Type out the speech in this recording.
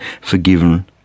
forgiven